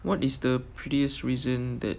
what is the prettiest reason that